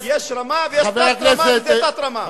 יש רמה ויש תת-רמה, וזה תת-רמה.